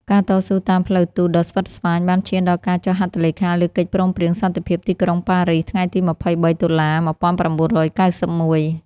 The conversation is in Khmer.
ការតស៊ូតាមផ្លូវទូតដ៏ស្វិតស្វាញបានឈានដល់ការចុះហត្ថលេខាលើកិច្ចព្រមព្រៀងសន្តិភាពទីក្រុងប៉ារីស ថ្ងៃទី ២៣ តុលា ១៩៩១។